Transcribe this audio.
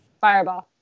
Fireball